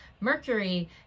Mercury